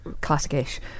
classic-ish